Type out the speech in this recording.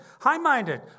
high-minded